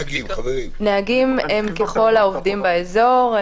נהגים הם ככל העובדים באזור.